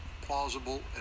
plausible